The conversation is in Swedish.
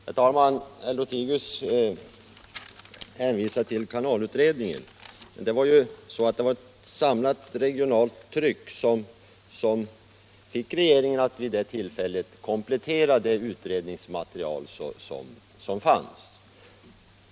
Herr talman! Herr Lothigius hänvisar till kanalutredningen. Det var ju ett samlat regionalt tryck som fick regeringen att vid det tillfället komplettera det utredningsmaterial som fanns.